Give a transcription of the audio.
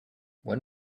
when